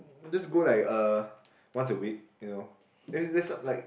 just go like uh once a week you know like